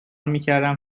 میکردم